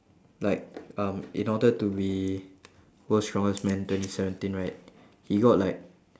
like um in order to be world's strongest man twenty seventeen right he got like